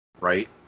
right